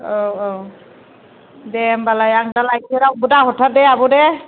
औ औ दे होमबालाय आं दा लायनोसै रावनोबो दा हरथार दे आब' दे